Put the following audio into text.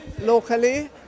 locally